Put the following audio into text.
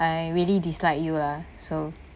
I really dislike you lah so